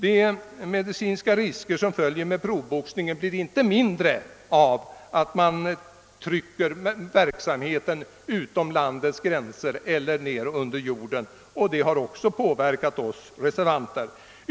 De medicinska risker som proffsboxningen innebär blir inte heller mindre av att man driver verksamheten utom landets gränser eller trycker ned den under jorden. Detta har också påverkat oss reservanter.